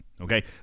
okay